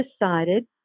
decided